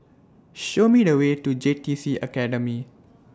Show Me The Way to J T C Academy